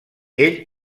ell